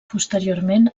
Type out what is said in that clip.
posteriorment